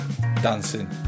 dancing